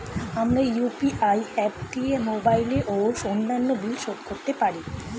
আমরা UPI app দিয়ে mobile ও অন্যান্য বিল শোধ করতে পারি